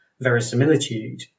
verisimilitude